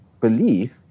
belief